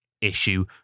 issue